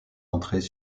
entrées